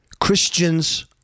Christians